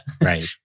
Right